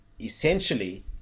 essentially